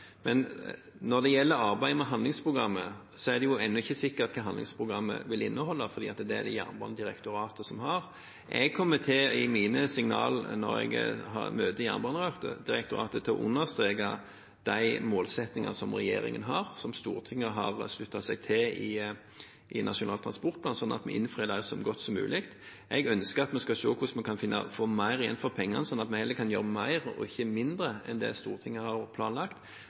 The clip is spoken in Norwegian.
Men når det gjelder handlingsprogrammet, er det ennå ikke sikkert hva det vil inneholde, for det arbeidet er det Jernbanedirektoratet som gjør. Når jeg har møter med Jernbanedirektoratet, kommer jeg i mine signaler til å understreke de målsettingene som regjeringen har, som Stortinget har sluttet seg til i Nasjonal transportplan, slik at vi innfrir dem så godt som mulig. Jeg ønsker at vi skal se på hvordan vi kan få mer igjen for pengene, slik at vi heller kan gjøre mer og ikke mindre enn det Stortinget har planlagt.